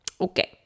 Okay